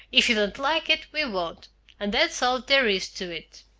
if you don't like it, we won't and that's all there is to it.